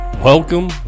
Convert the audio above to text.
Welcome